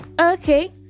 Okay